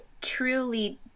truly